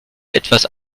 etwas